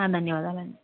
ధన్యవాదాలండి